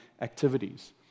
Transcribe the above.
activities